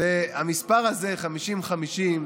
והמספר הזה, 50 50,